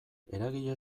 eragile